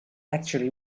actually